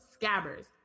scabbers